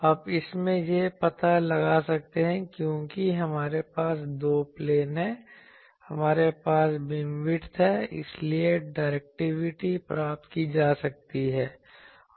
अब इससे हम यह पता लगा सकते हैं क्योंकि हमारे पास दो प्लेन में हैं हमारे पास बीमविड्थ है इसलिए डायरेक्टिविटी प्राप्त की जा सकती है